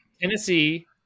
tennessee